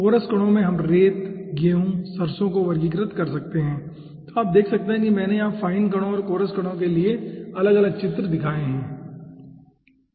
coarse कणों में हम रेत गेहूं सरसों को वर्गीकृत कर सकते हैं तो आप देख सकते हैं कि मैंने यहाँ फाइन कणों और कोरस कणों के लिए अलग अलग चित्र दिखाए हैं ठीक है